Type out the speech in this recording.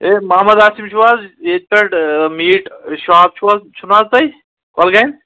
ہے محمد عاصف چھِو حظ ییٚتہِ پیٚٹھ میٖٹ شاپ چھُوٕ چھُو نا تۄہہِ کۄلگامہِ